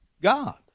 God